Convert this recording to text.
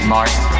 Martin